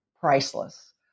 priceless